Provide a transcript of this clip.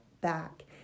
back